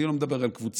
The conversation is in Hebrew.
אני לא מדבר על קבוצות,